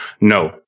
No